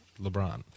LeBron